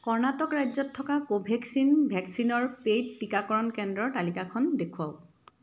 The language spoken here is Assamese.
কৰ্ণাটক ৰাজ্যত থকা কোভেক্সিন ভেকচিনৰ পেইড টীকাকৰণ কেন্দ্ৰৰ তালিকাখন দেখুৱাওক